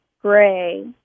gray